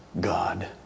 God